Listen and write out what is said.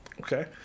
Okay